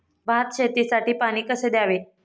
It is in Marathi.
भात शेतीसाठी पाणी कसे द्यावे?